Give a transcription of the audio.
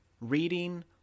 reading